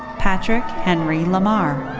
patrick henry lamar.